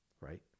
right